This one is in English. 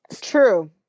True